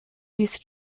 used